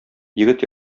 егет